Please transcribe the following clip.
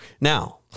Now